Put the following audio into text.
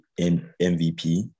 MVP